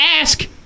ask